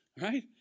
Right